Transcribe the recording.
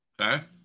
Okay